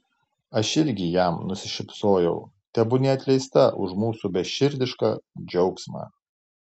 aš irgi jam nusišypsojau tebūnie atleista už mūsų beširdišką džiaugsmą